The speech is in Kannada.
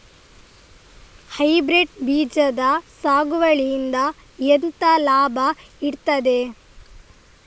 ಹೈಬ್ರಿಡ್ ಬೀಜದ ಸಾಗುವಳಿಯಿಂದ ಎಂತ ಲಾಭ ಇರ್ತದೆ?